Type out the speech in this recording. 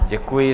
Děkuji.